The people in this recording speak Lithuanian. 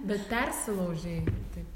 bet persilaužei taip